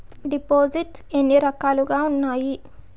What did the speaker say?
దిపోసిస్ట్స్ ఎన్ని రకాలుగా ఉన్నాయి?